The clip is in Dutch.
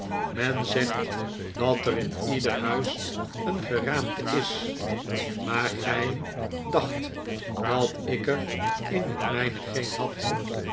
men zegt dat er in ieder huis een geraamte is maar gy dacht dat ik er in hetmijneyeen had